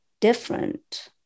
different